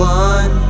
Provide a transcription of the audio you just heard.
one